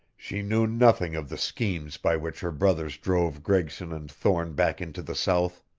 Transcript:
she knew nothing of the schemes by which her brothers drove gregson and thorne back into the south.